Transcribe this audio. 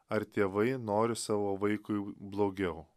ar tėvai nori savo vaikui blogiau